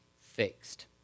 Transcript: fixed